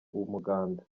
umuganda